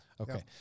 Okay